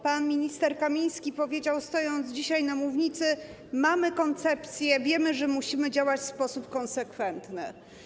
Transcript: Pan minister Kamiński powiedział, stojąc dzisiaj na mównicy: Mamy koncepcję, wiemy, że musimy działać w sposób konsekwentny.